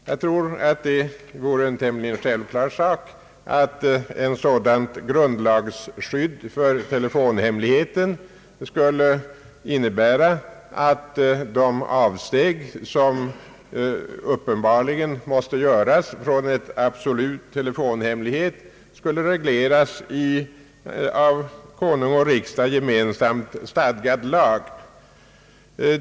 Det förefaller vara tämligen självklart att ett grundlagsskydd för telefonhemligheten skulle innebära att de avsteg som uppenbarligen måste göras från en absolut telefonhemlighet skall regleras i en av Konung och riksdag gemensamt stiftad lag.